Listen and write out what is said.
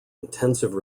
intensive